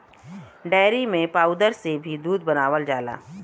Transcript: dairy में powder से भी दूध बनावल जाला